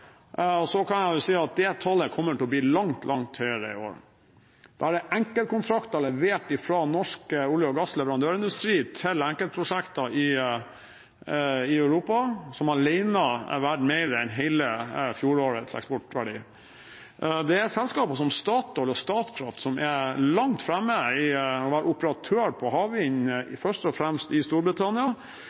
Jeg kan si at det tallet kommer til å bli langt, langt høyere i år – bare enkeltkontrakter levert fra norsk olje- og gassleverandørindustri til enkeltprosjekter i Europa er alene verd mer enn hele fjorårets eksportverdi. Det er selskaper som Statoil og Statkraft som er langt framme i å være operatør på havvind, først og fremst i Storbritannia.